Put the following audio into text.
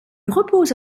repose